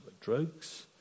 drugs